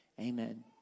Amen